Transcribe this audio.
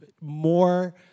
more